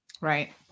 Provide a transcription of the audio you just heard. Right